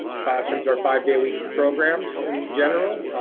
classrooms are five day a week programs, in general.